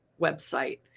website